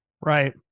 Right